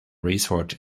resort